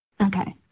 okay